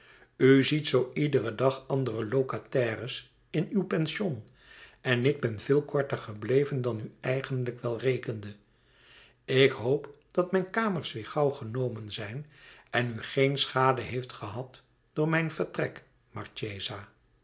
ziet zoo iederen dag andere locataires in uw pension en ik ben veel korter gebleven dan u eigenlijk wel rekende ik hoop dat mijn kamers weêr gauw genomen zijn en u geen schade heeft gehad door mijn vertrek